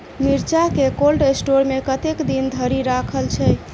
मिर्चा केँ cold store मे कतेक दिन धरि राखल छैय?